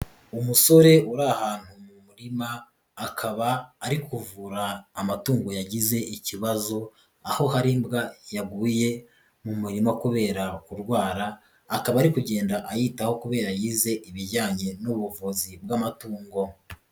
Umusore uri ahantu mu murima, akaba ari kuvura amatungo yagize ikibazo, aho hari imbwa yaguye mu murima kubera kurwara, akaba ari kugenda ayitaho kubera yize ibijyanye n'ubuvuzi bw'amatungo.